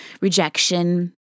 rejection